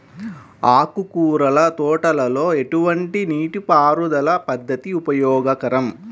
ఆకుకూరల తోటలలో ఎటువంటి నీటిపారుదల పద్దతి ఉపయోగకరం?